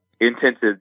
intensive